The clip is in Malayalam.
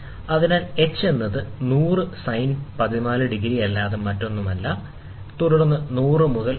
അതിനാൽ h എന്നത് 100 sin 14 ഡിഗ്രിയല്ലാതെ മറ്റൊന്നുമല്ലഇത് 100 മുതൽ 0